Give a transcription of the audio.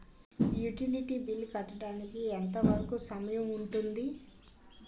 Utility bill కట్టడానికి ఎంత వరుకు సమయం ఉంటుంది?